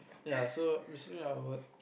ya so which means I would